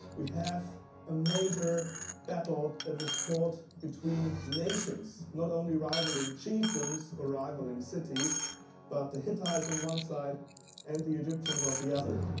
we have a major battle that was fought between nations, not only rivaling chiefdoms or rivaling cities but the hittites on one side and the egyptians on the other.